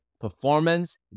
performance